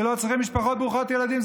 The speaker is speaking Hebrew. כי לא צריכים משפחות ברוכות ילדים,